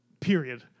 Period